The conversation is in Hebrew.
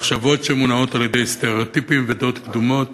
מחשבות שמונעות על-ידי סטריאוטיפים ודעות קדומות